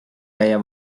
käia